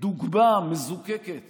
דוגמה מזוקקת